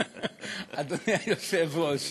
אדוני היושב-ראש.